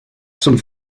zum